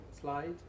slide